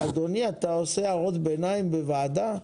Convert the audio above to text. אדוני, אתה קורא הערות ביניים בוועדה?